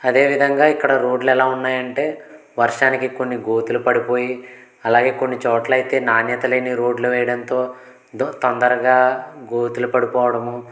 అదే విధంగా ఇక్కడ రోడ్లు ఎలా ఉన్నాయంటే వర్షానికి కొన్ని గోతులు పడిపోయి అలాగే కొన్ని చోట్ల అయితే నాణ్యతలేని రోడ్లు వేయడంతో దొ తొందరగా గోతులు పడిపోవడము